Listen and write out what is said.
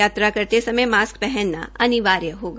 यात्रा करते समय मास्क पहनना अनिवार्य होगा